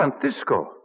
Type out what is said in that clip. Francisco